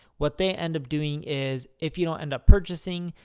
what they end up doing is if you don't end up purchasing,